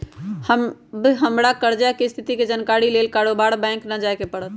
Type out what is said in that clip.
अब हमरा कर्जा के स्थिति के जानकारी लेल बारोबारे बैंक न जाय के परत्